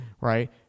right